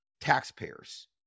taxpayers